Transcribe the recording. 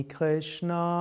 Krishna